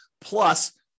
plus